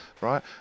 right